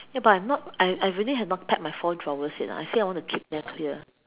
ya but not I I really have not packed my four drawers yet ah I said I want to keep them clear